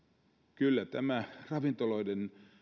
kyllä tämä ravintoloiden